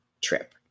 trip